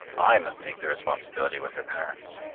i must take the responsibility with her parents!